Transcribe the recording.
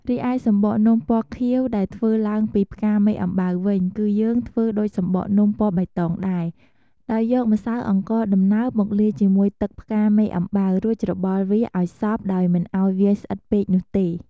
រីឯ សំបកនំពណ៌ខៀវដែលធ្វើឡើងពីផ្កាមេអំបៅវិញ គឺយើងធ្វើដូចសំបកនំពណ៌បៃតងដែរ ដោយយកម្សៅអង្ករដំណើប មកលាយជាមួយទឹកផ្កាមេអំបៅ រួចច្របល់វាឱ្យសព្វដោយមិនឱ្យវាស្អិតពេកនោះទេ។